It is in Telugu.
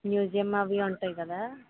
మ్యూజియం అవి ఉంటాయి కదా